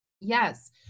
Yes